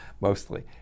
Mostly